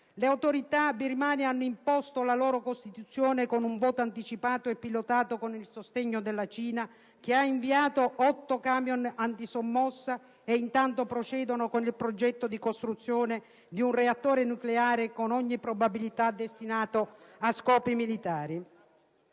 Le autorità birmane hanno imposto la loro Costituzione con un voto anticipato e pilotato e con il sostegno della Cina che ha inviato 80 camion antisommossa; e intanto procedono con il progetto di costruzione di un reattore nucleare, con ogni probabilità destinato a scopi militari.